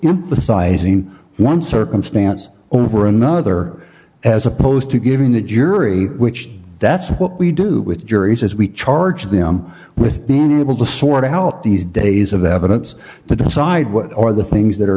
emphasizing one circumstance over another as opposed to giving a jury which that's what we do with juries as we charge them with being able to sort out these days of evidence to decide what are the things that are